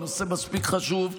הנושא מספיק חשוב,